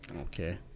Okay